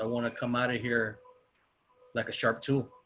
ah want to come out of here like a sharp tool.